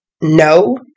no